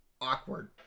awkward